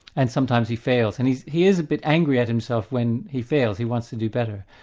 and sometimes he fails. and he he is a bit angry at himself when he fails he wants to do better.